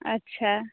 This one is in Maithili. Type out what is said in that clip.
अच्छा